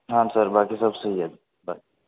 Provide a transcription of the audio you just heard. हाँ सर बाक़ि सब सही है बाय